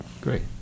Great